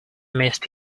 missed